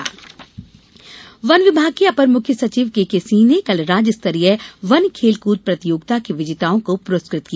one खेलकूद प्रतियोगिता वन विभााग के अपर मुख्य सचिव केके सिंह ने कल राज्य स्तरीय वन खेलकूद प्रतियोगिता के विजेताओं को पुरस्कृत किया